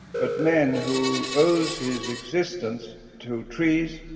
but man, who owes his existence to trees,